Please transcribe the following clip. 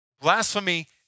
Blasphemy